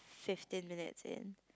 fifteen minutes in